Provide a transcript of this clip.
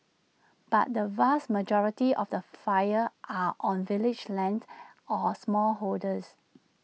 but the vast majority of the fires are on village lands or smallholders